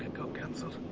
and cancelled.